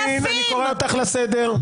יסמין, אני קורא אותך לסדר.